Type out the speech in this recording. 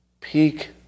peak